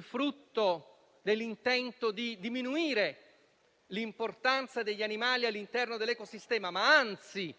frutto dell'intento di diminuire l'importanza degli animali all'interno dell'ecosistema, ma di